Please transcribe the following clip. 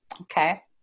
Okay